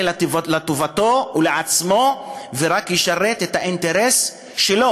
לטובתו ולעצמו ורק משרת את האינטרס שלו.